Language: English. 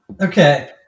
Okay